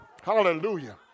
Hallelujah